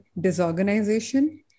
disorganization